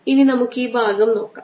ഇനി നമുക്ക് ഈ ഭാഗം നോക്കാം